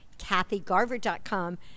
kathygarver.com